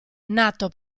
nato